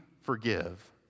forgive